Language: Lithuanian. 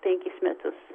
penkis metus